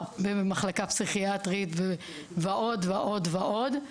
במחלקה פסיכיאטרית ועוד ועוד ועוד,